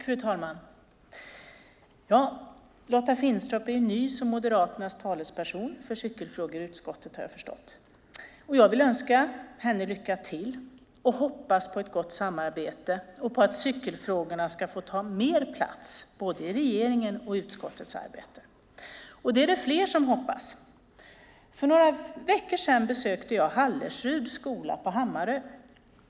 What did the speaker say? Fru talman! Lotta Finstorp är ju ny som Moderaternas talesperson för cykelfrågor i utskottet. Jag vill önska henne lycka till och hoppas på ett gott samarbete och på att cykelfrågorna ska få ta mer plats både i regeringen och i utskottets arbete. Det är det fler som hoppas. För några veckor sedan besökte jag Hallersruds skola i Hammarö.